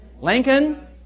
Lincoln